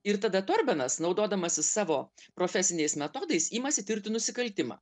ir tada torbenas naudodamasis savo profesiniais metodais imasi tirti nusikaltimą